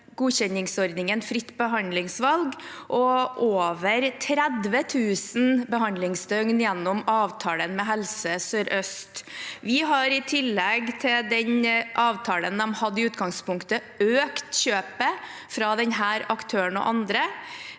godkjenningsordningen fritt behandlingsvalg og over 30 000 behandlingsdøgn gjennom avtalen med Helse Sør-Øst. Vi har, i tillegg til den avtalen de hadde i utgangspunktet, økt kjøpet fra denne aktøren og andre,